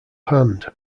hand